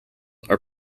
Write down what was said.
are